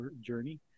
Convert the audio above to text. journey